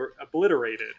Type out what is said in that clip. obliterated